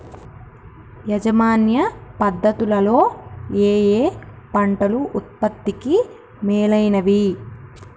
యాజమాన్య పద్ధతు లలో ఏయే పంటలు ఉత్పత్తికి మేలైనవి?